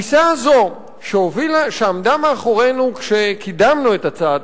התפיסה הזו שעמדה מאחורינו כשקידמנו את הצעת